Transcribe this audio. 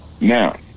Now